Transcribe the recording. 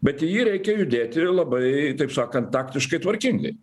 bet į jį reikia judėti labai taip sakant taktiškai tvarkingai